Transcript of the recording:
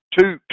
Two